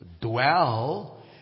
dwell